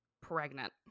pregnant